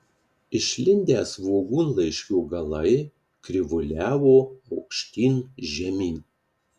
išlindę svogūnlaiškio galai krivuliavo aukštyn žemyn